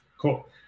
cool